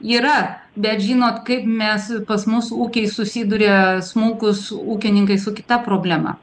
yra bet žinot kaip mes pas mūsų ūkiai susiduria smulkūs ūkininkai su kita problema